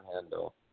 handle